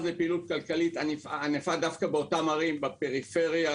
לפעילות כלכלית ענפה דווקא באותן ערים בפריפריה,